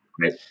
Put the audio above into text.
Right